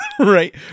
right